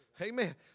Amen